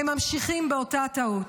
הם ממשיכים באותה טעות.